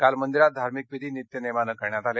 काल मंदिरात धार्मिक विधी नित्य नेमानं करण्यात आले